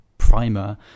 primer